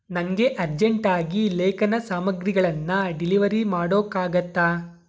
ನನಗೆ ಅರ್ಜೆಂಟಾಗಿ ಲೇಖನ ಸಾಮಗ್ರಿಗಳನ್ನು ಡಿಲಿವರಿ ಮಾಡೋಕ್ಕಾಗುತ್ತಾ